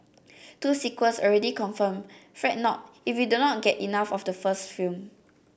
two sequels already confirmed Fret not if you do not get enough of the first film